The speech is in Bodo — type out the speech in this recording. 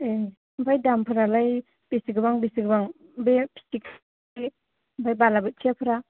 ए ओमफ्राय दामफोरालाय बेसे गोबां बेसेबां बे फिथिख्रि ओमफ्राय बालाबोथियाफोरा